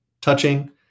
touching